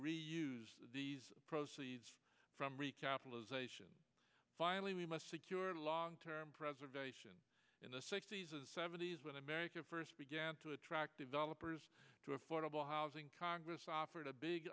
reuse these proceeds from recapitalization finally we must secure long term preservation in the sixty's and seventy's when america first began to attract developers to affordable housing congress offered a big